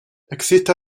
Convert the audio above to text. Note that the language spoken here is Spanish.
existe